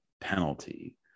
penalty